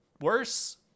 worse